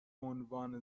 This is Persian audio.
عنوان